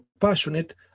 passionate